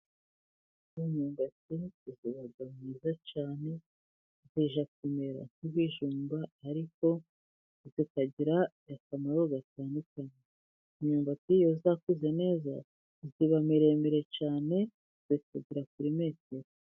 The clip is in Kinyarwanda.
Imyumbati iba myiza cyane, ijya kumera nk'ibijumba ariko ikagira akamaro gatandukanye. Imyumbati iyo yakuze neza iba miremire cyane ikagera kuri metero.